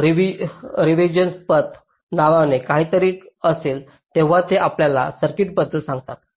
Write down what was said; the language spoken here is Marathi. रीव्हर्व्हर्जंट पथ नावाचे काहीतरी असेल तेव्हा ते आपल्याला सर्किट्सबद्दल सांगतात